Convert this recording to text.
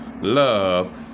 love